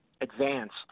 advanced